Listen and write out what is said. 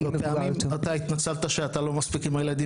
אתה התנצלת שאתה לא מספיק עם הילדים,